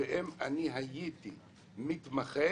אם אני לא טועה,